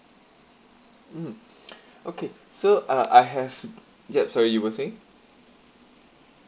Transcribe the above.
mm okay so uh I have yup sorry you were saying